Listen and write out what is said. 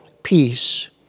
Peace